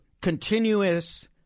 continuous